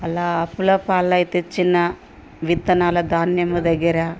అలా అప్పులపాలై తెచ్చిన విత్తనాల ధాన్యము దగ్గర